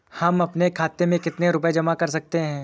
हम अपने खाते में कितनी रूपए जमा कर सकते हैं?